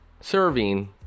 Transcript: serving